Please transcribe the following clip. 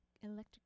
electric